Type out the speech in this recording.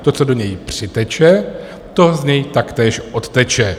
To, co do něj přiteče, to z něj taktéž odteče.